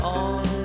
on